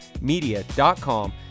media.com